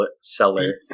seller